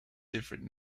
different